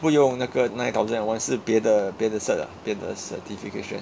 不用那个 nine thousand and one 是别的别的 cert 的别的 certification